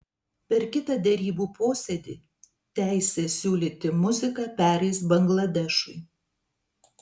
per kitą derybų posėdį teisė siūlyti muziką pereis bangladešui